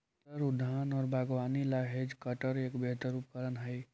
सुन्दर उद्यान और बागवानी ला हैज कटर एक बेहतर उपकरण हाई